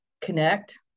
connect